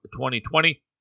2020